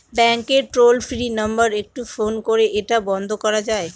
ব্যাংকের toll free number একটু phone করে এটা বন্ধ করা যায়?